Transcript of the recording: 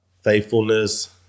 faithfulness